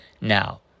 now